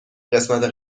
قسمت